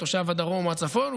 תושב הדרום או הצפון,